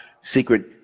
secret